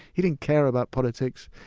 he didn't care about politics,